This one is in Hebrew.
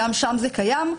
גם שם זה קיים.